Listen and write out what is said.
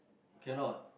cannot